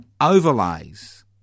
overlays